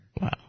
wow